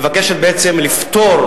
הצעת החוק שמונחת לפניכם מבקשת בעצם לפטור